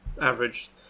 average